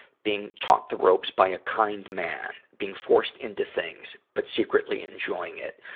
being taught the ropes by a kind man. being forced into things, but secretly enjoying it.